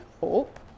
hope